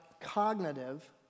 cognitive